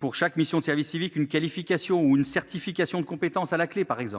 pour chaque mission de service civique, une qualification ou une certification de compétences à la clé. Mais le